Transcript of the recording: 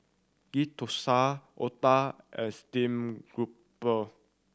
Ghee Thosai otah and steamed grouper